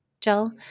Jill